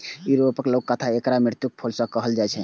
यूरोपक लोककथा मे एकरा मृत्युक फूल कहल जाए छै